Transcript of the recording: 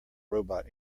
robot